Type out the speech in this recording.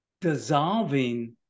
dissolving